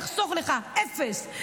הינה, אני אחסוך לך, אפס.